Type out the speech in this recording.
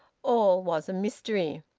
all was a mystery.